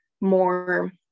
more